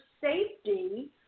safety